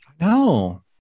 no